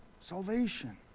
salvation